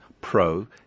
Pro